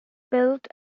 built